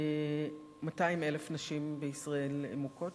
אבל 200,000 נשים בישראל מוכות,